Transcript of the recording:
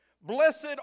Blessed